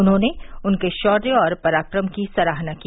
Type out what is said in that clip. उन्होंने उनके शौर्य और पराक्रम की सराहना की